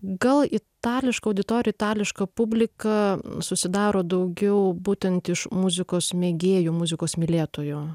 gal itališka auditorija itališka publika susidaro daugiau būtent iš muzikos mėgėjų muzikos mylėtojų